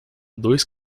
dois